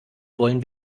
wollen